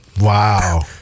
Wow